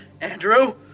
Andrew